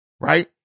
right